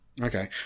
Okay